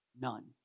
None